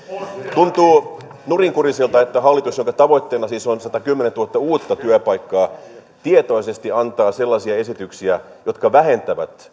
tuntuu nurinkuriselta että hallitus jonka tavoitteena siis on satakymmentätuhatta uutta työpaikkaa tietoisesti antaa sellaisia esityksiä jotka vähentävät